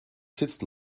sitzt